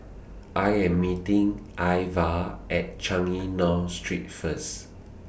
I Am meeting Iva At Changi North Street First